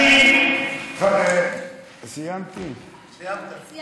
את לא תפחידי אותי בזה.